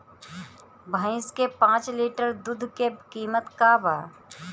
भईस के पांच लीटर दुध के कीमत का बा?